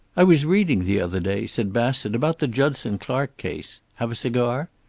i was reading the other day, said bassett, about the judson clark case. have a cigar?